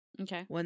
Okay